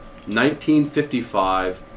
1955